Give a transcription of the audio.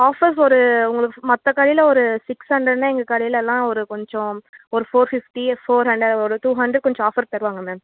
offers ஒரு உங்களுக்கு மற்ற கடையில் ஒரு சிக்ஸ் ஹண்ட்ரடுனா எங்கள் கடையிலலாம் ஒரு கொஞ்சம் ஒரு ஃபோர் ஃபிஃப்ட்டி ஃபோர் ஹண்ட்ரட் ஒரு டூ ஹண்ட்ரட் கொஞ்சம் ஆஃபர் தருவாங்க மேம்